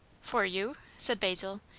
for you? said basil.